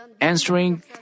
answering